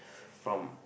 from